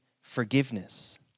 forgiveness